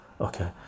okay